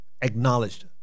acknowledged